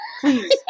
Please